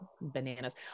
bananas